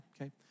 Okay